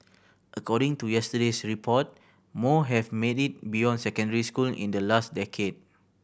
according to yesterday's report more have made it beyond secondary school in the last decade